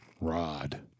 Rod